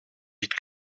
vite